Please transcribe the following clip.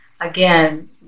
Again